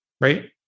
right